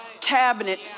cabinet